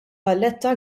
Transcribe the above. valletta